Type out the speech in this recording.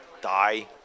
die